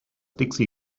dixi